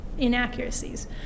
inaccuracies